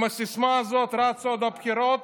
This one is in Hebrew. עם הסיסמה הזאת רצו עד הבחירות